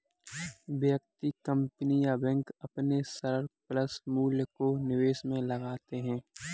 व्यक्ति, कंपनी या बैंक अपने सरप्लस मूल्य को निवेश में लगाते हैं